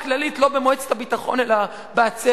בכמה פרמטרים ותאפשר הכרה כללית לא במועצת הביטחון אלא בעצרת.